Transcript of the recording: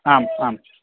आम् आम्